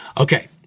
Okay